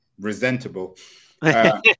resentable